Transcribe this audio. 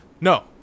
No